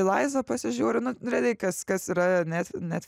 laivą pasižiūriu nu realiai kas kas yra net net